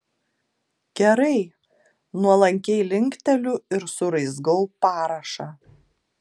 gerai nuolankiai linkteliu ir suraizgau parašą